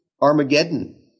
Armageddon